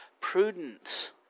prudence